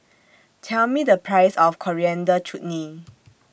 Tell Me The Price of Coriander Chutney